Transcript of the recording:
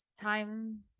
time